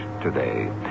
today